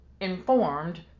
informed